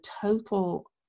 total